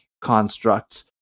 constructs